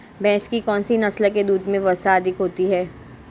भैंस की कौनसी नस्ल के दूध में वसा अधिक होती है?